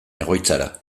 egoitzara